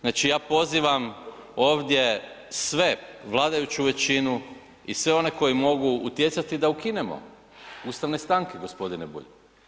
Znači ja pozivam ovdje sve, vladajuću većinu i sve one koji mogu utjecati da ukinemo ustavne stanke g. Bulj.